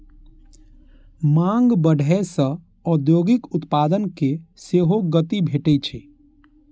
मांग बढ़ै सं औद्योगिक उत्पादन कें सेहो गति भेटै छै